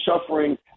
suffering